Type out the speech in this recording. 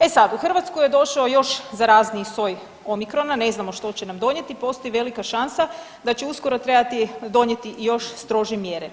E sad, u Hrvatsku je došao još zarazniji soj Omicrona, ne znamo što će nam donijeti, postoji velika šansa da će uskoro trebati donijeti i još strože mjere.